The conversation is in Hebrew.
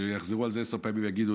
ושיחזרו על זה עשר פעמים ויגידו,